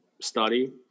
study